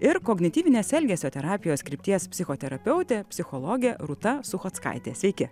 ir kognityvinės elgesio terapijos krypties psichoterapeutė psichologė rūta suchockaitė sveiki